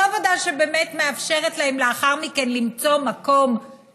לא עבודה שבאמת מאפשרת להם לאחר מכן למצוא מזון,